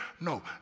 No